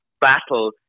battle